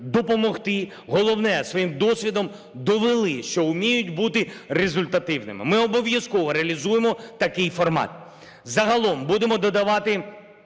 допомогти. Головне, своїм досвідом довели, що вміють бути результативними. Ми обов'язково реалізуємо такий формат. Загалом будемо додавати